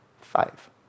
five